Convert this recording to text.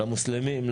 למוסלמים,